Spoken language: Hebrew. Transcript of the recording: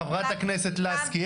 חברת הכנסת לסקי,